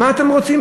מה אתם רוצים,